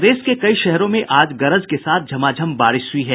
प्रदेश के कई शहरों में आज गरज के साथ झमाझम बारिश हुई है